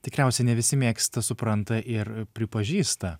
tikriausiai ne visi mėgsta supranta ir pripažįsta